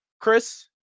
Chris